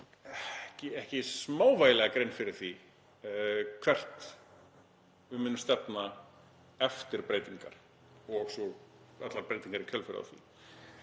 okkur smávægilega grein fyrir því hvert við munum stefna eftir breytingarnar og allar breytingar í kjölfarið á því.